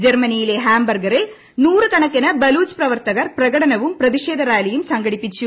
ജർമ്മനിയിലെ ഹാംബർഗിൽ നൂറുകണക്കിന് ബലൂച് പ്രവർത്തകർ പ്രകടനവും പ്രതിഷേധ റാലിയും സംഘടിപ്പിച്ചു